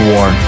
War